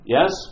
Yes